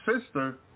sister